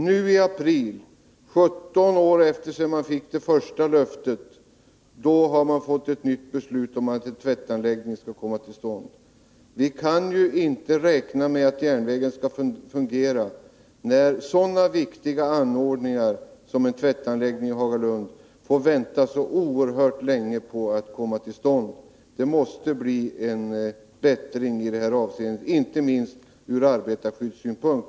Nu i april, 17 år efter det man fick det första löftet, har man fått ett nytt beslut om att en tvättanläggning skall komma till stånd. Vi kan ju inte räkna med att järnvägen skall fungera, när sådana viktiga anordningar som en tvättanläggning i Hagalund får anstå så länge. Det måste bli en bättring i detta avseende. Detta är angeläget inte minst ur arbetarskyddssynpunkt.